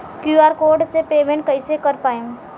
QR code से payment कईसे कर पाएम?